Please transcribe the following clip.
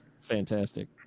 Fantastic